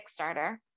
Kickstarter